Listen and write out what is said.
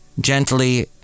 gently